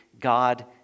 God